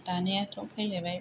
दानियाथ' फैलायबाय